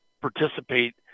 participate